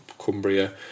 Cumbria